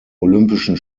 olympischen